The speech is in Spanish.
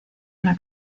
una